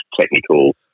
technical